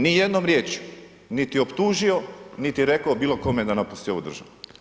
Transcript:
Ni jednom riječju, niti optužio, niti rekao bilo kome da napusti ovu državu.